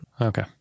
Okay